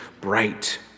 bright